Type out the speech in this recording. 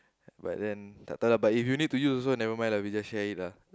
but then tak tau lah if you need to use also never mind we just share it lah